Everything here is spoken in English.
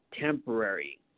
temporary